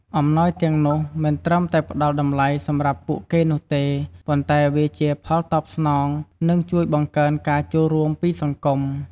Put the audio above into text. អំណោយទាំងនោះមិនត្រឹមតែផ្តល់តម្លៃសម្រាប់ពួកគេនោះទេ ប៉ុន្តែវាជាផលតបស្នង និងជួយបង្កើនការចូលរួមពីសង្គម។